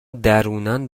درونن